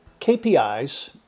KPIs